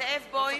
זאב בוים,